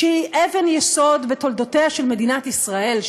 שהיא אבן יסוד בתולדותיה של מדינת ישראל,